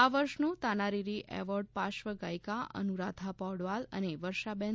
આ વર્ષનો તાના રીરી એવોર્ડ પ્રાશ્વગાથિકા અનુરાધા પોંડવાલ અને વર્ષાબેન